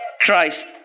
Christ